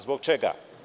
Zbog čega?